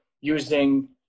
using